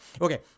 okay